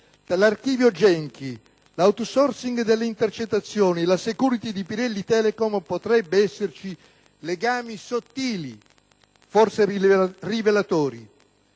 tra l'archivio Genchi, l'*outsourcing* delle intercettazioni e la *security* di Pirelli-Telecom potrebbero esserci legami sottili, forse rivelatori.